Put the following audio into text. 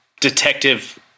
Detective